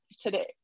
today